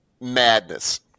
madness